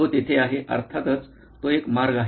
तो तेथे आहे अर्थातच तो एक मार्ग आहे